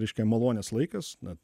reiškia malonės laikas na